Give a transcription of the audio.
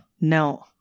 no